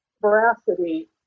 veracity